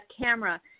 camera